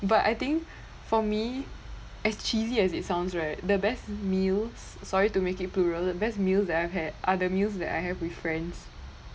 but I think for me as cheesy as it sounds right the best meals sorry to make it plural the best meals that I had are the meals that I have with friends